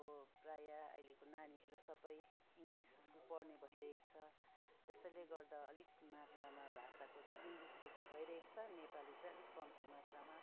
अब प्रायः अहिलेको नानीहरू सबै इङ्ग्लिस स्कुल पढ्ने भइरहेको छ त्यसैले गर्दा अलिक मात्रामा भाषको चाहिँ इङ्ग्लिस बेसी भइरहेको छ नेपाली चाहिँ अलिक कम्ती मात्रामा